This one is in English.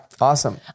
Awesome